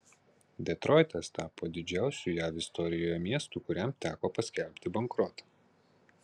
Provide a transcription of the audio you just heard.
detroitas tapo didžiausiu jav istorijoje miestu kuriam teko paskelbti bankrotą